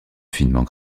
finement